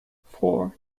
four